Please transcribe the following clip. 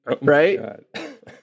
right